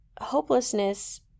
hopelessness